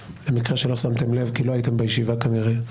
במקרה שלא שמתם לב, כי לא הייתם בישיבה, כנראה,